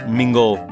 mingle